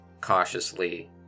cautiously